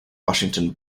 washington